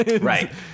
Right